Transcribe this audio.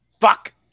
Fuck